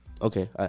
Okay